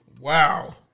Wow